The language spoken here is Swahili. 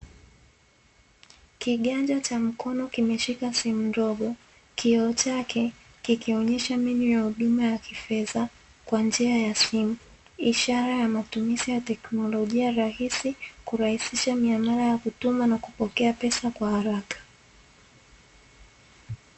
Kiganja cha mkoni kimeshika simu ndogo, kioo chake kikionesha menyu ya huduma ya kifedha kwa njia ya simu, ishara ya matumizi ya tekinolojia rahisi kurahisisha miamala ya kutuma na kupokea pesa kiharaka.